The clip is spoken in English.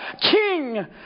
king